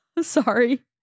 Sorry